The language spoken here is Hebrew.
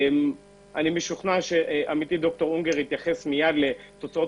אני משוכנע שעמיתי דוקטור אונגר יתייחס מיד לתוצאות